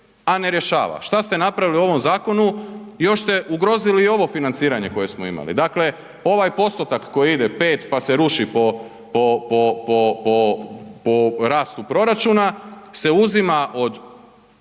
a ne rješava, šta ste napravili u ovom zakonu? Još ste ugrozili i ovo financiranje koje smo imali, dakle ovaj postotak koji ide 5, pa se ruši po, po, po, po, po, po rastu proračuna se uzima od